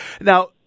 Now